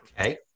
Okay